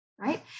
right